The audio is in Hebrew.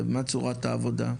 מה צורת העבודה?